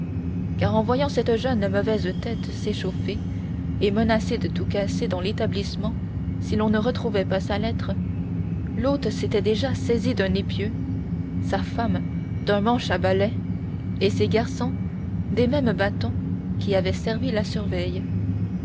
car en voyant cette jeune mauvaise tête s'échauffer et menacer de tout casser dans l'établissement si l'on ne retrouvait pas sa lettre l'hôte s'était déjà saisi d'un épieu sa femme d'un manche à balai et ses garçons des mêmes bâtons qui avaient servi la surveille